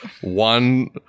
one